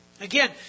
again